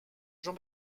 jean